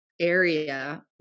area